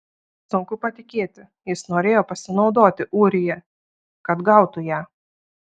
sunku patikėti jis norėjo pasinaudoti ūrija kad gautų ją